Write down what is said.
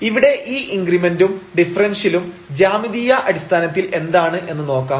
ഇവിടെ ഈ ഇൻഗ്രിമെന്റും ഡിഫറെൻഷ്യലും ജ്യാമിതീയ അടിസ്ഥാനത്തിൽ എന്താണ് എന്ന് നോക്കാം